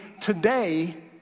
today